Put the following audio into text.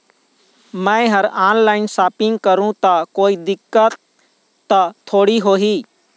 मैं हर online shopping करू ता कोई दिक्कत त थोड़ी होही?